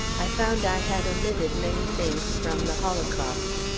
i found i had omitted many things from the holocaust.